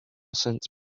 since